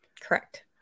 Correct